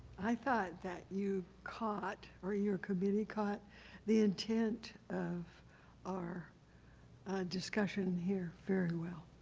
i thought that you caught, or your committee caught the intent of our discussion here very well.